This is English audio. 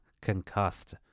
concussed